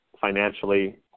financially